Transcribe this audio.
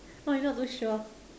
oh you not too sure